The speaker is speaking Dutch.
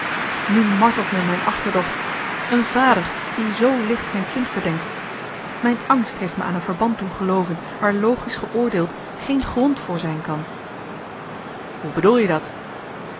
nu martelt me mijn achterdocht een vader die z licht zijn kind verdenkt mijn angst heeft me aan een verband doen gelooven waar logisch geoordeeld geen grond voor zijn kan hoe bedoel je dat